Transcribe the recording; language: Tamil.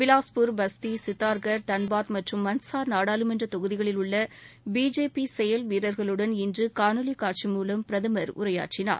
பிலாஸ்பூர் பஸ்தி சித்துர்கர் தன்பாத் மற்றும் மந்த்சார் நாடாளுமன்ற தொகுதிகளின் உள்ள பிஜேபி செயல்வீரர்களுடன் இன்று காணொலி காடசி மூலம் உரையாற்றினார்